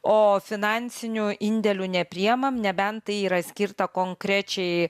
o finansinių indėlių nepriimam nebent tai yra skirta konkrečiai